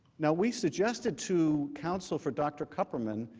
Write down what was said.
now we suggested two council for dr. koppelman,